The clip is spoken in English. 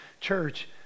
church